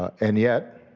and yet,